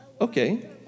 Okay